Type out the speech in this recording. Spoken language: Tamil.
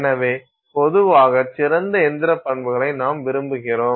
எனவே பொதுவாக சிறந்த இயந்திர பண்புகளை நாம்விரும்புகிறோம்